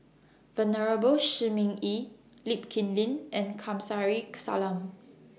Venerable Shi Ming Yi Lee Kip Lin and Kamsari Salam